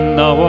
no